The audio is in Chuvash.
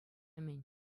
мӗн